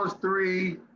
three